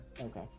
Okay